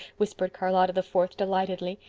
whispered charlotta the fourth delightedly.